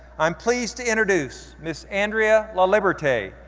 i'm pleased to introduce miss andrea laliberte,